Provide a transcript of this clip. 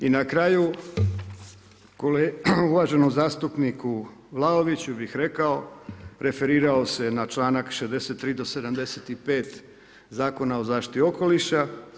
I na kraju, uvaženom zastupniku Vlaoviću, bih rekao, referirao se na čl. 63.-75 Zakona o zaštiti okoliša.